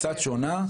קצת שונה,